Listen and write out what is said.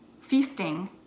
feasting